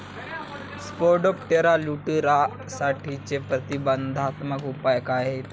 Spodoptera लिट्युरासाठीचे प्रतिबंधात्मक उपाय काय आहेत?